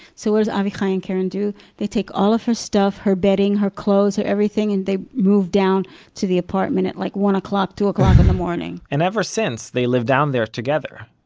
so what does avichai and keren do? they take all of her stuff, her bedding, her clothes, her everything, and they moved down to the apartment and like one o'clock, two o'clock in the morning and ever since, they live down there together.